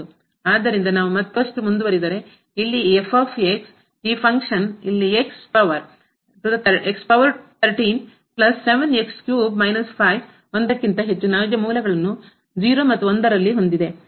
ಆದ್ದರಿಂದ ನಾವು ಮತ್ತಷ್ಟು ಮುಂದುವರಿದರೆ ಇಲ್ಲಿ ಈ ಈ ಫಂಕ್ಷನ್ ಕಾರ್ಯವು ಇಲ್ಲಿ x ಪವರ್ 0 1 ನಲ್ಲಿ ಹೊಂದಿದೆ ಎಂದು ಭಾವಿಸೋಣ